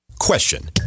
Question